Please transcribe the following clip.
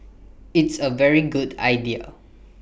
it's A very good idea